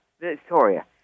Victoria